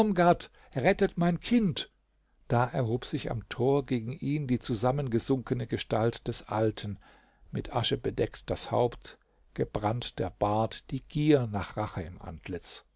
rettet mein kind da erhob sich am tor gegen ihn die zusammengesunkene gestalt des alten mit asche bedeckt das haupt gebrannt der bart die gier nach rache im antlitz